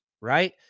right